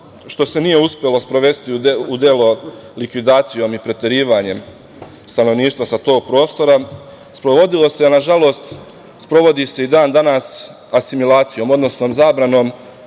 što se nije uspelo sprovesti u delo likvidacijom i preterivanjem stanovništva sa tog prostora sprovodilo se, nažalost sprovodi se i dan danas asimilacijom, odnosno zabranom